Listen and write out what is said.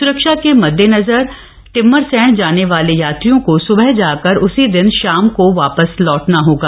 स्रक्षा के मददेनजर टिम्मरसैंण जाने वाले यात्रियों को सुबह जाकर उसी दिन शाम तक वापस लौटना होगा